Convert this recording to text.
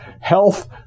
health